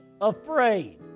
afraid